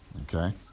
Okay